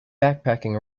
backpacking